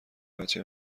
بچه